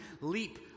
leap